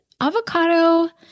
avocado